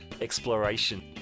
exploration